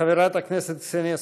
חברת הכנסת קסניה סבטלובה,